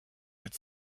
mit